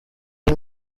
ari